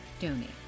donate